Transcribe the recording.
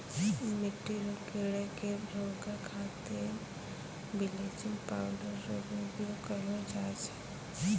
मिट्टी रो कीड़े के रोकै खातीर बिलेचिंग पाउडर रो भी उपयोग करलो जाय छै